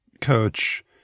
coach